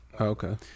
Okay